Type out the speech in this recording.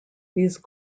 these